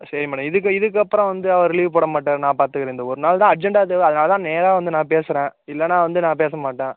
சரி மேடம் இதுக்கு இதுக்கு அப்புறம் வந்து அவர் லீவ் போட மாட்டார் நான் பார்த்துக்கிறேன் இந்த ஒரு ஒரு நாள் தான் அர்ஜென்டாக தேவை அதனால் தான் நேராக வந்து நான் பேசறேன் இல்லைன்னா வந்து நான் பேச மாட்டேன்